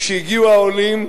כשהגיעו העולים,